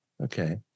Okay